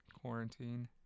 quarantine